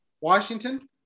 washington